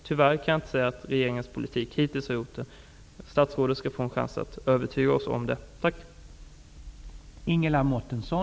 Tyvärr kan jag inte säga att regeringen hittills har gjort det i sin politik. Statsrådet skall få en chans att övertyga oss om motsatsen.